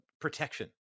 protection